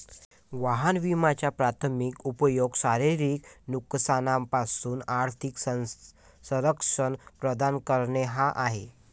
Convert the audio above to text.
वाहन विम्याचा प्राथमिक उपयोग शारीरिक नुकसानापासून आर्थिक संरक्षण प्रदान करणे हा आहे